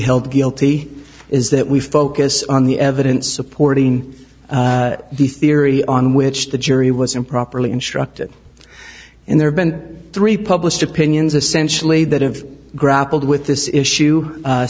held guilty is that we focus on the evidence supporting the theory on which the jury was improperly instructed and there have been three published opinions a sensually that have grappled with this issue